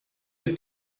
you